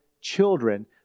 children